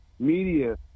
Media